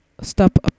stop